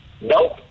Nope